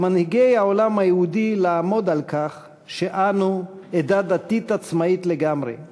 על מנהיגי העולם היהודי "לעמוד על כך שאנו עדה דתית עצמאית לגמרי",